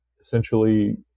essentially